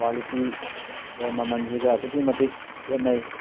ꯀ꯭ꯋꯥꯂꯤꯇꯤꯒ ꯃꯃꯜꯁꯤꯒ ꯑꯗꯨꯛꯀꯤ ꯃꯇꯤꯛ ꯈꯦꯠꯅꯩ